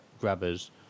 grabbers